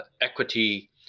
equity